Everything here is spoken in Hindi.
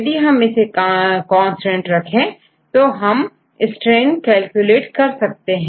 यदि हम इसे कांस्टेंट रखें तो हम स्ट्रेन कैलकुलेट कर सकते हैं